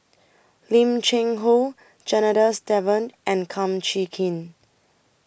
Lim Cheng Hoe Janadas Devan and Kum Chee Kin